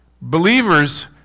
Believers